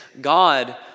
God